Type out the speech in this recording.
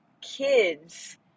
kids